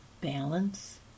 balance